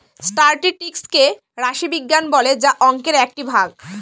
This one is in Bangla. স্টাটিস্টিকস কে রাশি বিজ্ঞান বলে যা অংকের একটি ভাগ